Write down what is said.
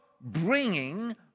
bringing